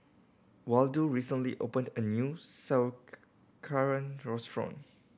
Waldo recently opened a new Sauerkraut Restaurant